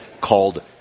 called